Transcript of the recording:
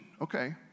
Okay